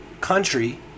country